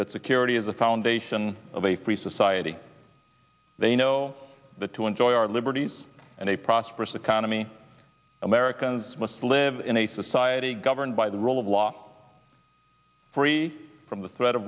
that security is the foundation of a free society they know that to enjoy our liberties and a prosperous economy americans must live in a society governed by the rule of law free from the threat of